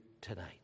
tonight